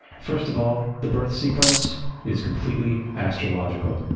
first of all, the birth sequence is completely astrological.